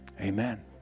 Amen